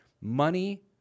Money